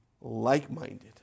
like-minded